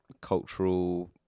cultural